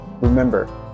Remember